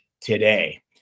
today